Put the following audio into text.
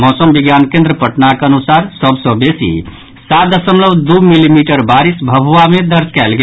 मौसम विज्ञान केन्द्र पटनाक अनुसार सभ सँ बेसी सात दशमलव दू मिलीमीटर बारिश भभुआ मे दर्ज कयल गेल